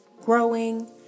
growing